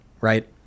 right